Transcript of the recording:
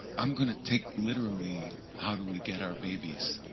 i'm going to take literally, how do we get our babies